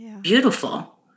beautiful